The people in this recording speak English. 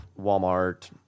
Walmart